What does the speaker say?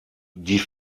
die